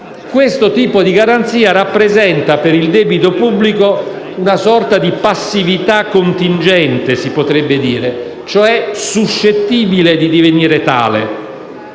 Questo tipo di garanzia rappresenta per il debito pubblico una sorta di passività contingente - si potrebbe dire - suscettibile cioè di divenire tale.